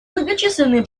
многочисленные